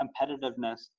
competitiveness